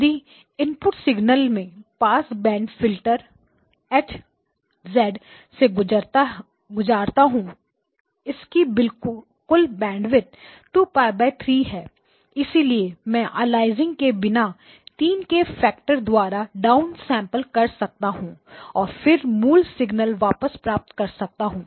यही input signal में pass band filter H से गुजरता हूं इसकी कुल बैंडविड्थ 2π3 है इसलिए मैं अलियासिंग के बिना 3 के फैक्टर द्वारा डाउन सैंपलिंग कर सकता हूं और फिर मूल सिग्नल वापस प्राप्त कर सकता हूं